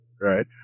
right